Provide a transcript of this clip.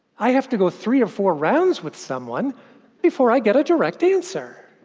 i have to go three or four rounds with someone before i get a direct answer!